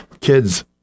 kids